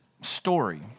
story